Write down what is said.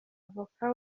avoka